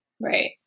Right